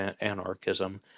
Anarchism